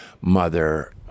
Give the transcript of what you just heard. mother